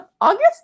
August